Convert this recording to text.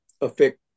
affect